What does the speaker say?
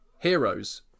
heroes